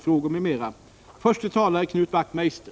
I fråga om detta betänkande hålls gemensam överläggning för samtliga punkter.